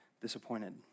disappointed